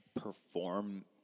perform